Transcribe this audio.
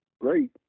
Great